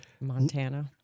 Montana